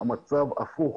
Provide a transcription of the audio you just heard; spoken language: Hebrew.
המצב הפוך.